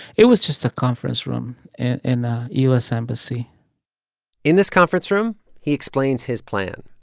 it was just a conference room and in u s. embassy in this conference room, he explains his plan.